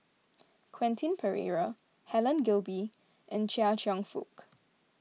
Quentin Pereira Helen Gilbey and Chia Cheong Fook